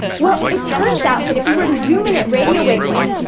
well, it turns out that if we were to zoom in at radio wavelengths,